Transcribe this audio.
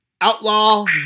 Outlaw